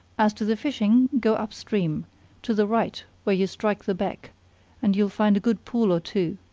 as to the fishing, go up-stream to the right when you strike the beck and you'll find a good pool or two.